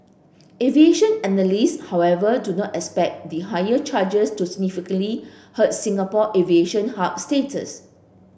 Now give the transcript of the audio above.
aviation analysts however do not expect the higher charges to significantly hurt Singapore aviation hub status